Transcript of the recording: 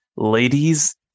Ladies